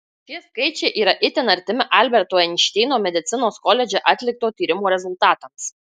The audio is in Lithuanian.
šie skaičiai yra itin artimi alberto einšteino medicinos koledže atlikto tyrimo rezultatams